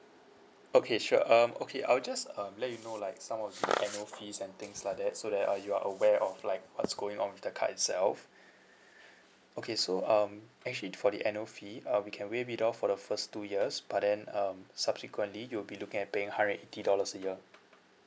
okay sure um okay I will just um let you know like some of the annual fees and things like that so that uh you are aware of like what's going on with the card itself okay so um actually for the annual fee uh we can waive it off for the first two years but then um subsequently you'll be looking at paying hundred and eighty dollars a year